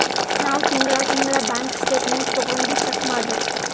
ನಾವ್ ತಿಂಗಳಾ ತಿಂಗಳಾ ಬ್ಯಾಂಕ್ ಸ್ಟೇಟ್ಮೆಂಟ್ ತೊಂಡಿ ಚೆಕ್ ಮಾಡ್ಬೇಕ್